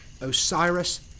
Osiris